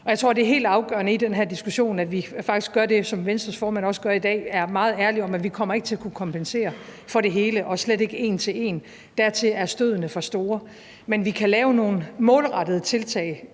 Jeg tror, at det er helt afgørende i den her diskussion, at vi faktisk gør det, som Venstres formand også gør i dag, nemlig at være meget ærlige om, at vi ikke kommer til at kunne kompensere for det hele og slet ikke en til en. Dertil er stødene for store. Men vi kan lave nogle målrettede tiltag.